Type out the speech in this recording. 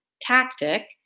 Tactic